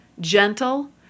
gentle